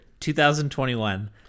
2021